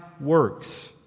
works